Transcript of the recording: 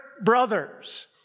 brothers